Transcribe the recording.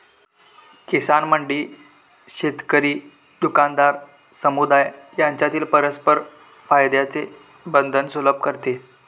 किसान मंडी शेतकरी, दुकानदार, समुदाय यांच्यातील परस्पर फायद्याचे बंधन सुलभ करते